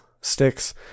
sticks